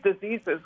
diseases